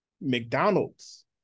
mcdonald's